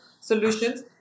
solutions